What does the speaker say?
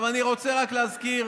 אני רוצה רק להזכיר